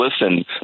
listen